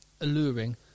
alluring